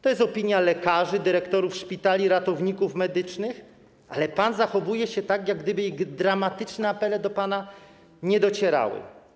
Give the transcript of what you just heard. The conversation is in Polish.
To jest opinia lekarzy, dyrektorów szpitali, ratowników medycznych, ale pan zachowuje się tak, jak gdyby ich dramatyczne apele do pana nie docierały.